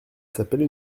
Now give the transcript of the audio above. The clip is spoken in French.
s’appelle